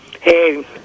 Hey